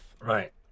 Right